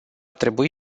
trebui